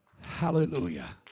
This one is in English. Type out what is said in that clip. Hallelujah